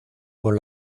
con